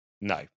No